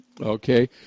Okay